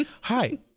Hi